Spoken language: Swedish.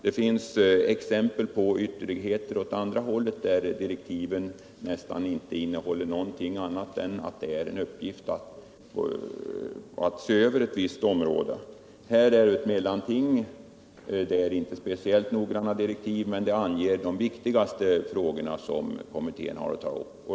Dei finns också exempel på ytterlighet av motsatt slag, där direktiven knappast innehåller någonting annat än uppgiften att se över ett visst område. I det här fallet rör det sig om ett mellanting. Det är inte speciellt noggranna direktiv, men man har angivit de frågor som det är viktigast att ta upp.